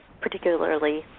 particularly